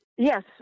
Yes